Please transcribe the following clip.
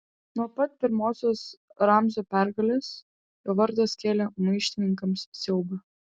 nuo pat pirmosios ramzio pergalės jo vardas kėlė maištininkams siaubą